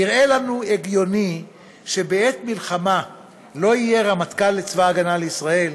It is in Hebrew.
נראה לנו הגיוני שבעת מלחמה לא יהיה רמטכ"ל לצבא ההגנה לישראל?